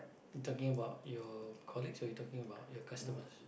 talking about your colleagues or you talking about your customers